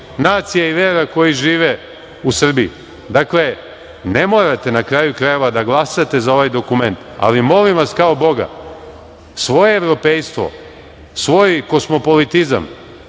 nacija i vera koji žive u Srbiji. Na kraju krajeva, ne morate da glasate za ovaj dokument, ali molim vas kao boga, svoje evropejstvo, svoj kosmopolitizam,